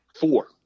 Four